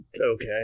Okay